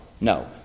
No